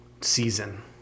season